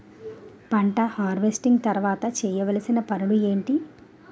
పంట హార్వెస్టింగ్ తర్వాత చేయవలసిన పనులు ఏంటి?